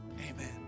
Amen